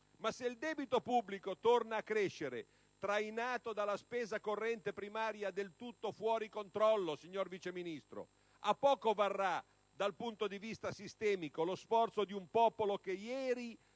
ma se il debito pubblico torna crescere trainato dalla spesa corrente primaria, del tutto fuori controllo, signor Vice Ministro, a poco varrà dal punto di vista sistemico lo sforzo di un popolo che ieri